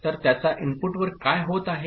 तर त्याच्या इनपुटवर काय होत आहे